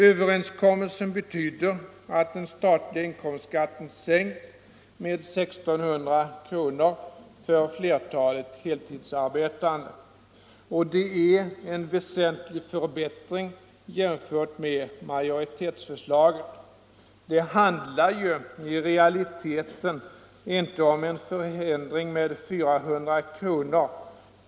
Överenskommelsen innebär att den statliga inkomstskatten sänks med 1 600 kr. för flertalet heltidsarbetande, och det är en väsentlig förbättring jämfört med majoritetens förslag. Det handlar ju i realiteten inte om en förändring med 400 kr.